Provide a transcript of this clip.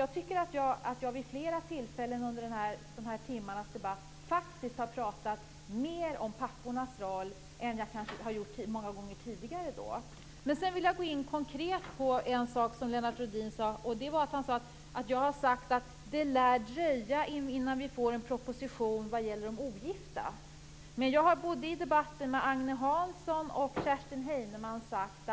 Jag har vid flera tillfällen under debatten pratat mer om pappornas roll än tidigare. Lennart Rohdin hävdade att jag har sagt att det lär dröja innan vi får en proposition vad gäller de ogifta. Jag har i debatten med Agne Hansson och Kerstin Heinemann sagt